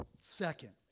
Second